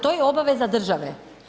To je obaveza države.